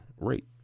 rate